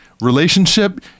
relationship